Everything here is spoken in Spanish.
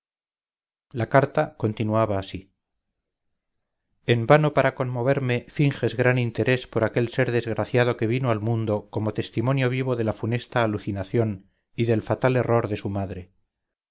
la carta continuaba así en vano para conmoverme finges gran interés por aquel ser desgraciado que vino al mundo como testimonio vivo de la funesta alucinación y del fatalerror de su madre